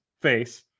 face